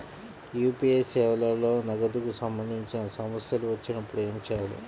UPI సేవలలో నగదుకు సంబంధించిన సమస్యలు వచ్చినప్పుడు ఏమి చేయాలి?